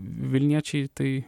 vilniečiai tai